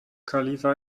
khalifa